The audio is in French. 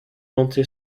monté